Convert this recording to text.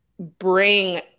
bring